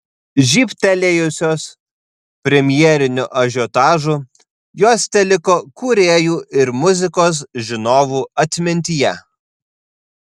žybtelėjusios premjeriniu ažiotažu jos teliko kūrėjų ir muzikos žinovų atmintyje